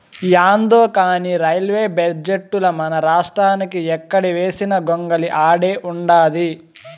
యాందో కానీ రైల్వే బడ్జెటుల మనరాష్ట్రానికి ఎక్కడ వేసిన గొంగలి ఆడే ఉండాది